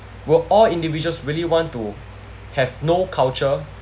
will all individuals really want to have no culture